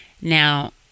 now